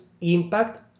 impact